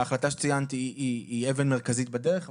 ההחלטה שציינת היא אבן מרכזית בדרך,